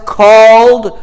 called